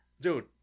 Dude